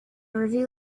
review